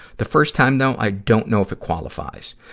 the first time, though, i don't know if it qualifies.